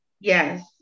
Yes